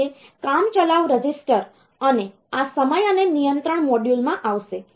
તેથી તે કામચલાઉ રજીસ્ટર અને આ સમય અને નિયંત્રણ મોડ્યુલમાં આવશે